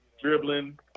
dribbling